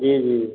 जी जी